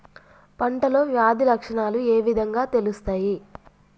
పంటలో వ్యాధి లక్షణాలు ఏ విధంగా తెలుస్తయి?